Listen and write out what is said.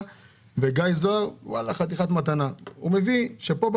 גיא זוהר חתיכת מתנה מביא שזה עבר פה,